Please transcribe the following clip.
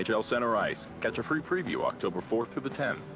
yeah nhl center ice catch a free preview october fourth through the tenth.